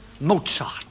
Mozart